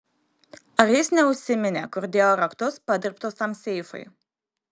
ar jis neužsiminė kur dėjo raktus padirbtus tam seifui